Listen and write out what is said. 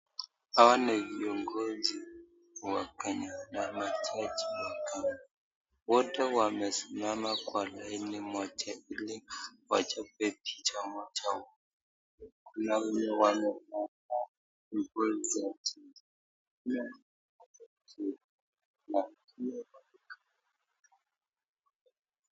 Hawa ni viongozi wa Kenya wote wamesimama kwa laini moja ili wachape picha moja . Kuna wenye wame